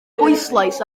bwyslais